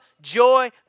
joy